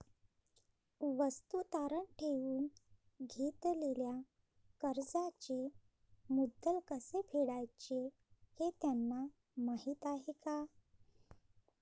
वस्तू तारण ठेवून घेतलेल्या कर्जाचे मुद्दल कसे फेडायचे हे त्यांना माहीत आहे का?